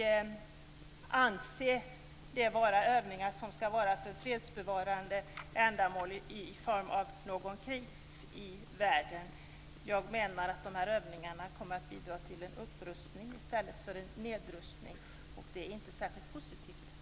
Jag anser inte att det är övningar som syftar till fredsbevarande arbete i händelse av någon kris i världen. Jag menar att dessa övningar kommer att bidra till en upprustning i stället för till en nedrustning, vilket inte är särskilt positivt.